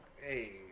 hey